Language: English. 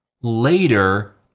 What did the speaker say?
later